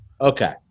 Okay